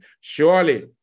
Surely